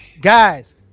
guys